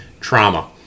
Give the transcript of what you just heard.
Trauma